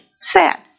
sad